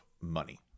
money